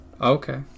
Okay